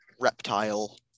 reptile